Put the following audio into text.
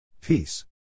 Peace